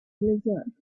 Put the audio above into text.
blizzard